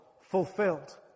fulfilled